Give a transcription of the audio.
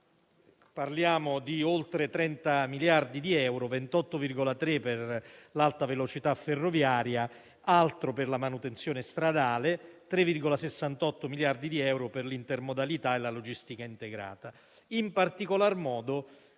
Parliamo di oltre 30 miliardi di euro: 28,3 per l'Alta velocità ferroviaria, un altro per la manutenzione stradale, 3,68 miliardi di euro per l'intermodalità e la logistica integrata.